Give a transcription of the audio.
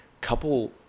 couple